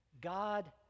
God